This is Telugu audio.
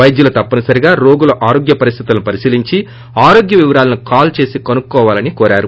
వైద్యులు తప్పనిసరిగా రోగుల ఆరోగ్య పరిస్తితులను పరిశీలించి ఆరోగ్య వివరాలను కాల్ చేసి కనుక్కోవాలని కోరారు